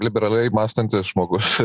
liberaliai mąstantis žmogus